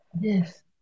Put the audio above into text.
Yes